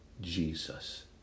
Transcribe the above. Jesus